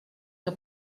que